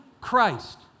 Christ